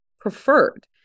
preferred